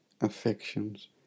affections